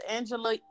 Angela